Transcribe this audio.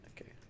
Okay